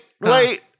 wait